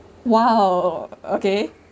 !wow! okay